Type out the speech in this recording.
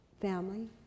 family